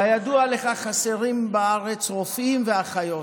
כידוע לך, חסרים בארץ רופאים ואחיות